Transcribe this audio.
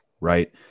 Right